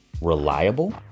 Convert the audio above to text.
reliable